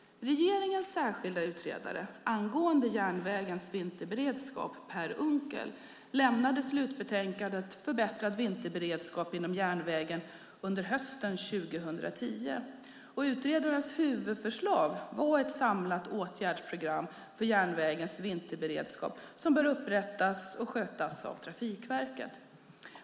Regeringens särskilde utredare angående järnvägens vinterberedskap, Per Unckel, lämnade slutbetänkandet Förbättrad vinterberedskap inom järnvägen under hösten 2010. Utredarens huvudförslag var att ett samlat åtgärdsprogram för järnvägens vinterberedskap bör upprättas och skötas av Trafikverket.